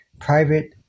private